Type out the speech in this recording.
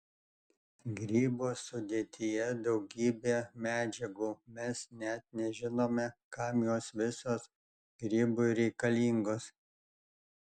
grybo sudėtyje daugybė medžiagų mes net nežinome kam jos visos grybui reikalingos